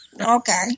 Okay